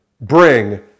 bring